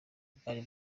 bwari